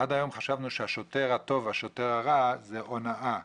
עד היום חשבנו שהשוטר הטוב והשוטר הרע, זה הונאה.